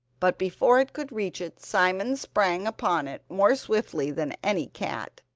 but before it could reach it simon sprang upon it more swiftly than any cat,